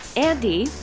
andi,